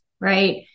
right